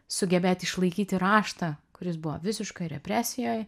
sugebėti išlaikyti raštą kuris buvo visiškoj represijoj